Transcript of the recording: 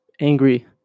angry